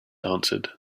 answered